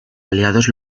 aliados